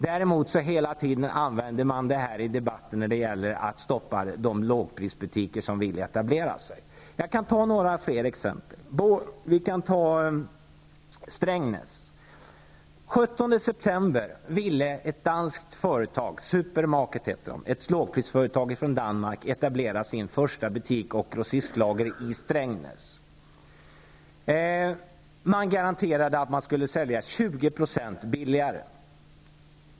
Däremot används det här i debatten för att stoppa dem som vill etablera lågprisbutiker. Jag kan ta några fler exempel. Den 17 september ville ett dansk lågprisföretag, Supermarket, etablera sin första butik och grossistlager i Strängnäs. Företaget garanterade 20 % lägre priser.